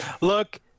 Look